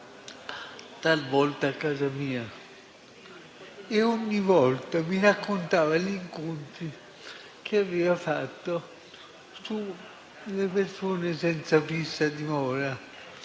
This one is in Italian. Talvolta veniva a casa mia e, ogni volta, mi raccontava degli incontri che aveva fatto, delle persone senza fissa dimora.